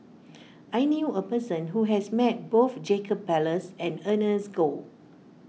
I knew a person who has met both Jacob Ballas and Ernest Goh